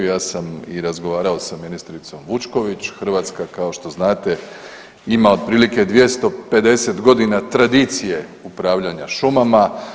Ja sam i razgovarao sa ministricom Vučković, Hrvatska kao što znate ima otprilike 250.g. tradicije upravljanja šumama.